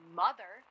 mother